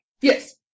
Yes